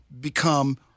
become